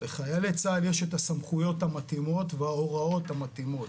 לחיילי צה"ל יש את הסמכויות המתאימות וההוראות המתאימות